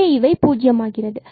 எனவே இவை பூஜ்யம் ஆகிறது